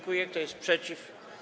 Kto jest przeciw?